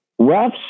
refs